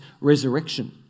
resurrection